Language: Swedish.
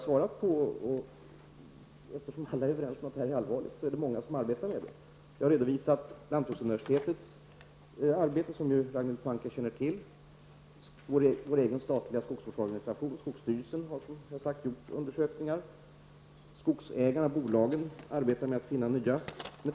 Eftersom alla är överens om att det här är allvarligt är det många som arbetar med det. Jag har redovisat lantbruksuniversitetets arbete, som Ragnhild Pohanka känner till. Vår egen statliga skogsvårdsorganisation, skogsstyrelsen, har som jag sade gjort undersökningar. Skogsägarbolagen arbetar med att finna nya metoder.